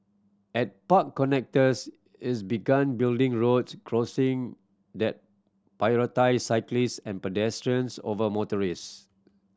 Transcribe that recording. at park connectors is begun building roads crossing that prioritise cyclist and pedestrians over motorist